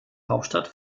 hauptstadt